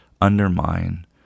undermine